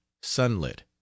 sunlit